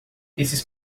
esses